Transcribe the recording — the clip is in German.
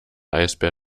eisbär